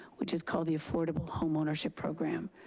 which is called the affordable home ownership program.